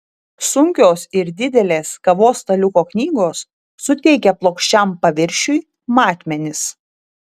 sunkios ir didelės kavos staliuko knygos suteikia plokščiam paviršiui matmenis